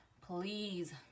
please